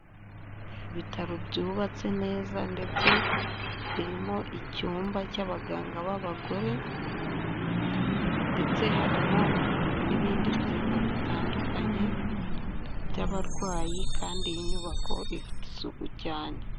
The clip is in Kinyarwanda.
Ibitaro byubatse neza ndetse birimo icyumba cy'abaganga b'abagore ndetse harimo n'ibindi byumba bitandukanye by'abarwayi kandi iyi nyubako ifite isuku cyane.